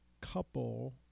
couple